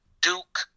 duke